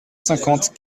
cinquante